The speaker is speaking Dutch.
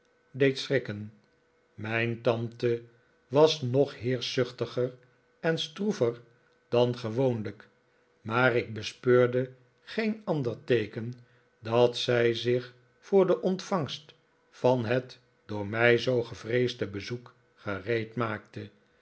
deed schrikken mijn tante was nog heerschzuchtiger en stroever dan gewoonlijk maar ik bespeurde geen ander teeken dat zij zich voor de ontvangst van het door mij zoo gevreesde bezoek